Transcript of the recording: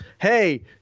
Hey